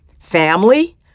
Family